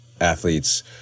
athletes